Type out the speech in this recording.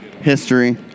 History